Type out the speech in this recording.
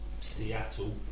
Seattle